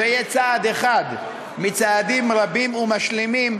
זה יהיה צעד אחד מצעדים רבים ומשלימים,